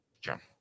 Sure